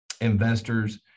investors